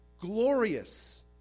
glorious